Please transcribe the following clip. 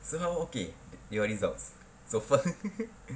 somehow okay your results so far